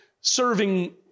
serving